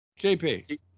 JP